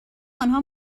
آنها